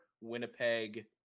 winnipeg